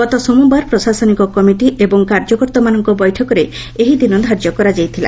ଗତ ସୋମବାର ପ୍ରଶାସନିକ କମିଟି ଏବଂ କାର୍ଯ୍ୟକର୍ତ୍ତାମାନଙ୍କ ବୈଠକରେ ଏହି ଦିନ ଧାର୍ଯ୍ୟ କରାଯାଇଥିଲା